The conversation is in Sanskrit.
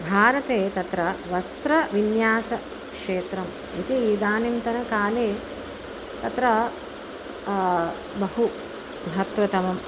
भारते तत्र वस्त्रविन्यासक्षेत्रम् इति इदानीन्तनकाले तत्र बहु महत्त्वतमम्